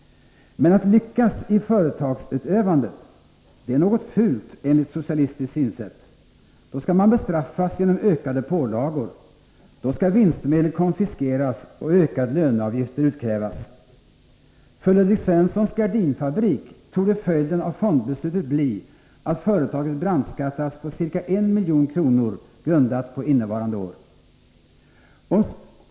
Men att lyckas i företagsutövandet, det är något fult enligt socialistiskt synsätt. Då skall man bestraffas genom ökade pålagor, då skall vinstmedel konfiskeras och ökade löneavgifter utkrävas. För Ludvig Svenssons gardinfabrik torde följden av fondbeslutet bli att företaget brandskattas på ca 1 milj.kr., grundat på resultatet för innevarande år.